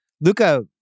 Luca